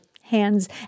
hands